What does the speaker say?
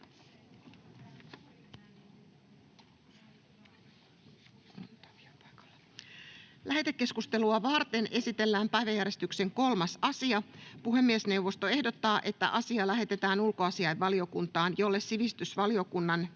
Lähetekeskustelua varten esitellään päiväjärjestyksen 3. asia. Puhemiesneuvosto ehdottaa, että asia lähetetään ulkoasiainvaliokuntaan, jolle sivistysvaliokunnan,